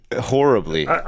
horribly